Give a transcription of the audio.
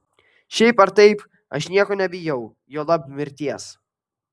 šiaip ar taip aš nieko nebijau juolab mirties